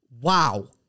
Wow